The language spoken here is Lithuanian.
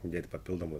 dėti papildomų